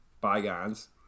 bygones